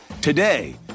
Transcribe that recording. Today